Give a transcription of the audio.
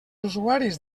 usuaris